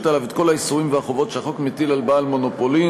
עליו את כל האיסורים והחובות שהחוק מטיל על בעל מונופולין,